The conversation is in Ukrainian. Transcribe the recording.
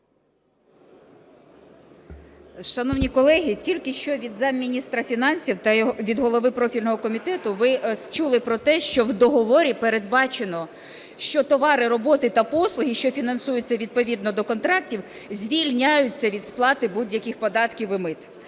Шановні колеги, тільки що від замміністра фінансів і від голови профільного комітету ви чули про те, що в договорі передбачено, що товари, роботи та послуги, що фінансуються відповідно до контрактів, звільняються від сплати будь-яких податків і мит.